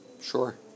Sure